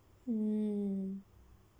mm